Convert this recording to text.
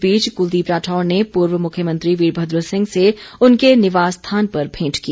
इस बीच कुलदीप राठौर ने पूर्व मुख्यमंत्री वीरभद्र सिंह से उनके निवास स्थान पर भेंट की